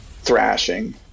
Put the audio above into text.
thrashing